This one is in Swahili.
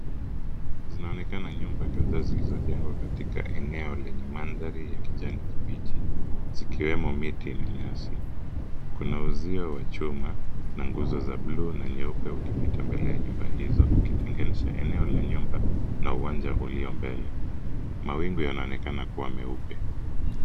Zinaonekana nyumba kadhaa zilizojengwa katika eneo lenye mandhari ya kijani kibichi zikiwemo miti na nyasi. Kuna uzio wa chuma na nguzo za bluu na nyeupe ukipita mbele ya nyumba hizo ukitenganisha eneo la nyumba na uwanja ulio mbele. Mawingu yanaonekana kuwa meupe.